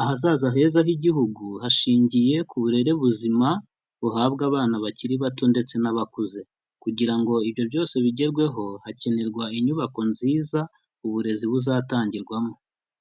Ahazaza heza h'igihugu hashingiye ku burere buzima buhabwa abana bakiri bato ndetse n'abakuze. Kugira ngo ibyo byose bigerweho hakenerwa inyubako nziza uburezi buzatangirwamo.